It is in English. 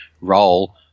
role